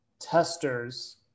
testers